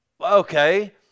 okay